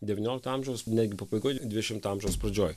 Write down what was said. devyniolikto amžiaus netgi pabaigoj dvidešimto amžiaus pradžioj